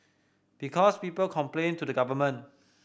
because people complain to the government